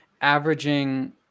averaging